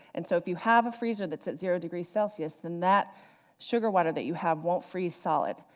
and so if you have a freezer that's at zero degrees celsius, then that sugar water that you have won't freeze solid.